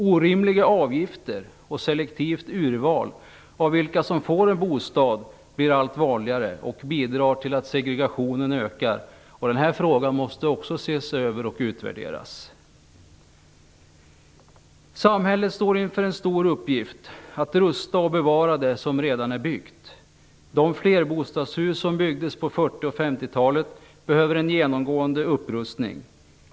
Orimliga avgifter och selektivt urval av vilka som får en bostad blir allt vanligare. Det bidrar till att segregationen ökar. Den här frågan måste också ses över och utvärderas. Samhället står inför en stor uppgift, att rusta och bevara det som redan är byggt. De flerbostadshus som byggdes på 40 och 50-talet behöver en genomgående upprustning.